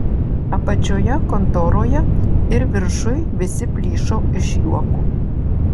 apačioje kontoroje ir viršuj visi plyšo iš juoko